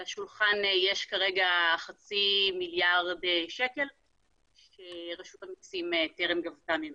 על השולחן יש כרגע חצי מיליארד שקל שרשות המסים טרם גבתה ממנה.